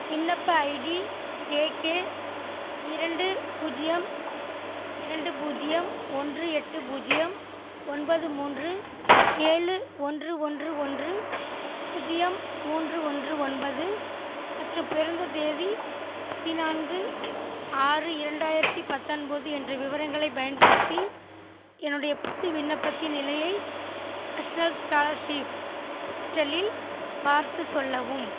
விண்ணப்ப ID J K இரண்டு பூஜ்ஜியம் இரண்டு பூஜ்ஜியம் ஒன்று எட்டு பூஜ்ஜியம் ஒன்பது மூன்று ஏழு ஒன்று ஒன்று ஒன்று பூஜ்ஜியம் மூன்று ஒன்று ஒன்பது மற்றும் பிறந்த தேதி பதினான்கு ஆறு இரண்டாயிரத்தி பத்தொன்போது என்ற விவரங்களைப் பயன்படுத்தி என்னுடைய புது விண்ணப்பத்தின் நிலையை நேஷ்னல் ஸ்காலர்ஷிப் போர்ட்டலில் பார்த்துச் சொல்லவும்